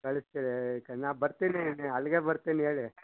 ಕಳಿಸ್ತೀರಿ ಕ ನಾನು ಬರ್ತೀನಿ ನಿ ಅಲ್ಲಿಗೆ ಬರ್ತೀನಿ ಹೇಳಿ